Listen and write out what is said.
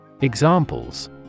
Examples